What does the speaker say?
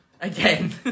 again